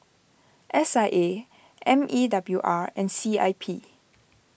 S I A M E W R and C I P